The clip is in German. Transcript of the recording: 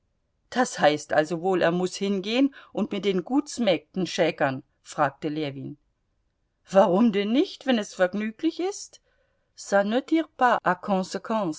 das heißt also wohl er muß hingehen und mit den gutsmägden schäkern fragte ljewin warum denn nicht wenn es vergnüglich ist